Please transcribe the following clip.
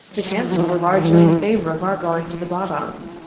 the chances were largely in favor of our going to the bottom.